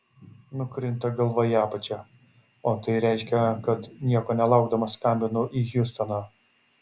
nukrinta galva į apačią o tai reiškia kad nieko nelaukdamas skambinu į hjustoną